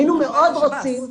היינו מאוד רוצים.